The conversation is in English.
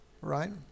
right